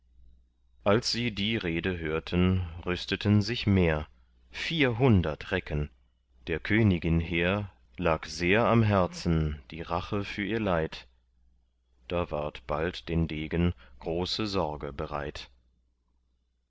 als sie die rede hörten rüsteten sich mehr vierhundert recken der königin hehr lag sehr am herzen die rache für ihr leid da ward bald den degen große sorge bereit